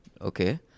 Okay